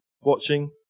watching